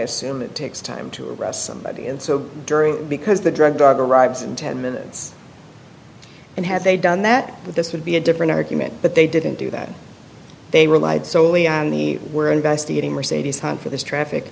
assume it takes time to arrest somebody and so during because the drug dog arrives in ten minutes and had they done that this would be a different argument but they didn't do that they relied solely on the we're investigating mercedes time for this traffic